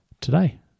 Today